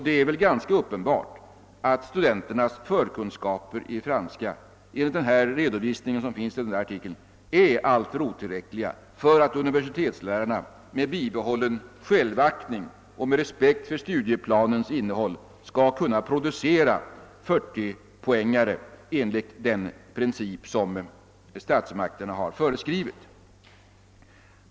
Det är väl ganska uppenbart att studenternas förkunskaper i franska enligt den redovisning som gavs i artikeln är alldeles otillräckliga för att universitetslärarna med bibehållen självaktning och med respekt för studieplanens innehåll skall kunna producera 40-poängare enligt den princip som statsmakterna har föreskrivit.